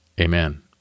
Amen